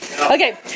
Okay